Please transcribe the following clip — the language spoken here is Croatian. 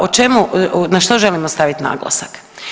O čemu, na što želimo staviti naglasak?